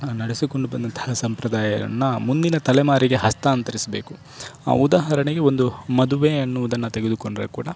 ನಡೆಸಿಕೊಂಡು ಬಂದಂತಹ ಸಂಪ್ರದಾಯವನ್ನು ಮುಂದಿನ ತಲೆಮಾರಿಗೆ ಹಸ್ತಾಂತರಿಸಬೇಕು ಉದಾಹರಣೆಗೆ ಒಂದು ಮದುವೆ ಅನ್ನುವುದನ್ನು ತೆಗೆದುಕೊಂಡರೆ ಕೂಡ